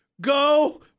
Go